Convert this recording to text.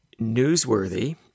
newsworthy